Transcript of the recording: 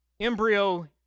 embryo